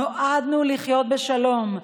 נועדנו לחיות בשלום.